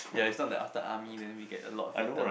ya is not like after army then we get a lot fitter